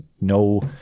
no